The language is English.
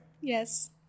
Yes